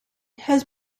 has